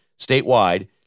statewide